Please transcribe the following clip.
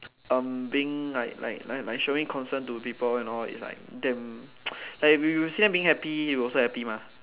um being like like like like showing concern to people and all is like damn like you see them being happy you also happy mah